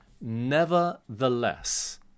nevertheless